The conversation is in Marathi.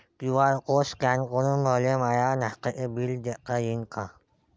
क्यू.आर कोड स्कॅन करून मले माय नास्त्याच बिल देता येईन का?